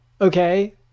Okay